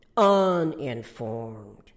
uninformed